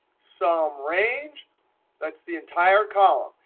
sum range that's the entire column.